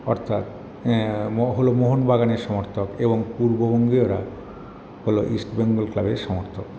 অর্থাৎ হল মোহনবাগানের সমর্থক এবং পূর্ববঙ্গীয়রা হল ইস্টবেঙ্গল ক্লাবের সমর্থক